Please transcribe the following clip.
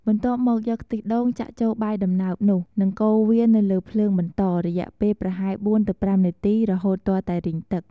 បន្ទាប់យកខ្ទិះដូងចាក់ចូលបាយដំណើបនោះ និងកូរវានៅលើភ្លើងបន្ត រយះពេលប្រហែល៤ ទៅ៥នាទីរហូតទាល់តែរីងទឹក។